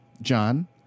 John